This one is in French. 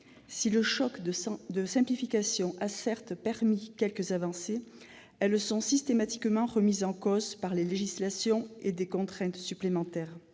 Si le « choc de simplification » a certes permis quelques avancées, elles sont systématiquement remises en cause par les législations et des contraintes supplémentaires.